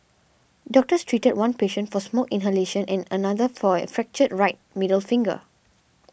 doctors treated one patient for smoke inhalation and another for a fractured right middle finger